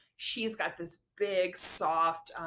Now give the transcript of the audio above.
she's got this big soft,